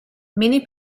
many